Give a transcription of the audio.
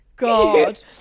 God